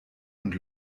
und